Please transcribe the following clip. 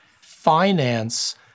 Finance